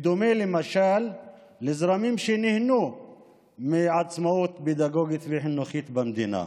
בדומה למשל לזרמים שנהנו מעצמאות פדגוגית וחינוכית במדינה.